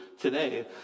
today